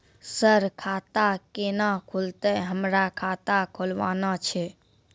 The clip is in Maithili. सर खाता केना खुलतै, हमरा खाता खोलवाना छै?